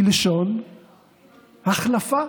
מלשון החלפה,